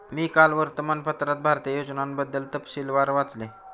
मी काल वर्तमानपत्रात भारतीय योजनांबद्दल तपशीलवार वाचले